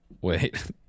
Wait